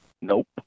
Nope